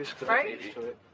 Right